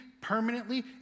permanently